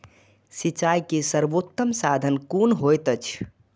सिंचाई के सर्वोत्तम साधन कुन होएत अछि?